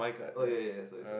oh ya ya ya sorry sorry